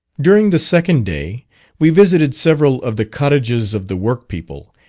during the second day we visited several of the cottages of the work people,